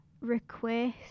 request